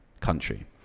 country